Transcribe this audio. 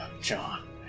John